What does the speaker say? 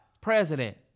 president